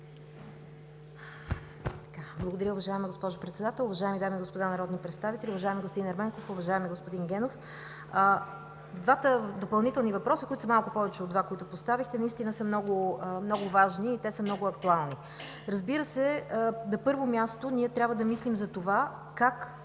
Благодаря. Уважаема госпожо Председател, дами и господа народни представители, уважаеми господин Ерменков, уважаеми господин Генов! Двата допълнителни въпроса, които са малко повече от два, които поставихте, наистина са много важни и много актуални. Разбира се, на първо място ние трябва да мислим, че